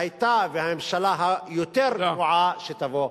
שהיתה והממשלה היותר גרועה שתבוא.